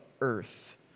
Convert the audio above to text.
earth